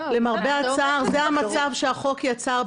למרבה הצער זה המצב שהחוק יצר,